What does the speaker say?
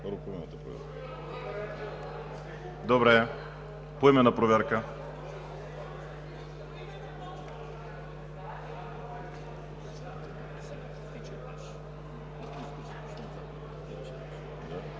Добре, поименна проверка.